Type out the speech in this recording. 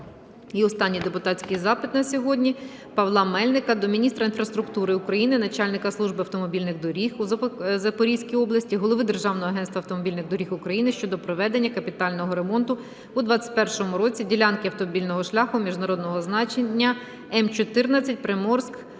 І останній депутатський запита на сьогодні. Павла Мельника до міністра інфраструктури України, начальника Служби автомобільних доріг у Запорізькій області, голови Державного агентства автомобільних доріг України щодо проведення капітального ремонту у 21-му році ділянки автомобільного шляху міжнародного значення М-14 (Приморськ